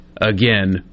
again